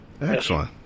Excellent